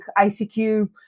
ICQ